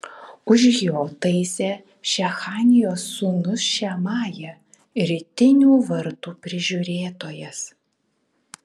už jo taisė šechanijos sūnus šemaja rytinių vartų prižiūrėtojas